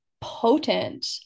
potent